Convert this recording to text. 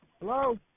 Hello